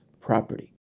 property